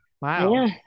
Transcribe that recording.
wow